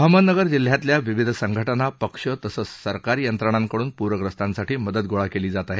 अहमदनगर जिल्ह्यातल्या विविध संघटना पक्ष तसंच सरकारी यंत्रणांकडून प्रग्रस्तांसाठी मदत गोळा केली जात आहे